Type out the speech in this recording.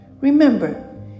Remember